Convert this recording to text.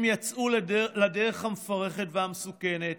הם יצאו לדרך המפרכת והמסוכנת,